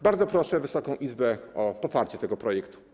Bardzo proszę Wysoką Izbę o poparcie tego projektu.